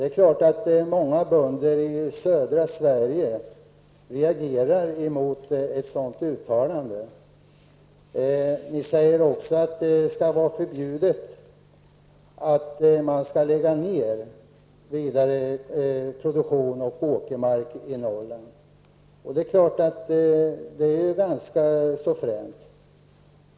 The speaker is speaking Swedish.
Givetvis reagerar många bönder i södra Sverige mot ett sådant uttalande. Ni säger också att det skall vara förbjudet att lägga ned ytterligare produktion och åkermark i Norrland. Det är ett ganska fränt uttalande.